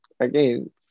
again